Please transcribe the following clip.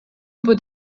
fod